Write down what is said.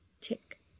Tick